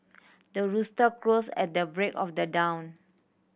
the rooster crows at the break of the dawn